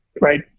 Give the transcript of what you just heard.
Right